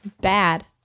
Bad